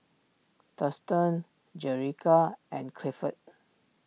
Thurston Jerica and Clifford